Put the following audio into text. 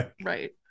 right